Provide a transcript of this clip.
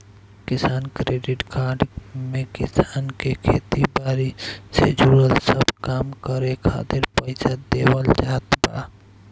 किसान credit card में किसान के खेती बारी से जुड़ल सब काम करे खातिर पईसा देवल जात बा